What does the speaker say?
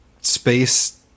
space